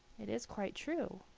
it is quite true,